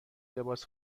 لباس